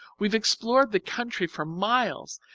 we've explored the country for miles,